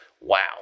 wow